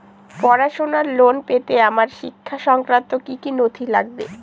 পড়াশুনোর লোন পেতে আমার শিক্ষা সংক্রান্ত কি কি নথি লাগবে?